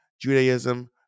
Judaism